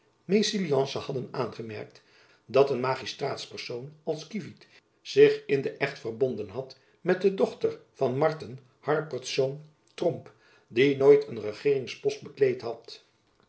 mésalliance hadden aangemerkt dat een magistraatspersoon als kievit zich in den echt verbonden had met de dochter van marten harpertsz tromp die nooit een regeeringspost bekleed had